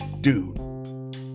dude